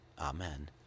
Amen